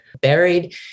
buried